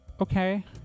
Okay